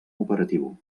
operatiu